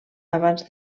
abans